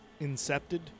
Incepted